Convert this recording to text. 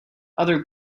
other